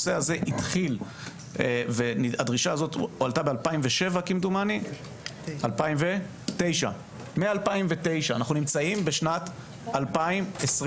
הדרישה הזאת הועלתה ב-2009, אנחנו בשנת 2022